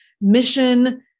mission